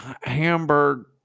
Hamburg –